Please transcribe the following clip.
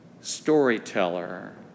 storyteller